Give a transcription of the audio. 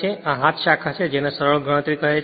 અને આ હાથ શાખા ભાગ છે જેને સરળ ગણતરી કહે છે